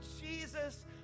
Jesus